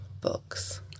books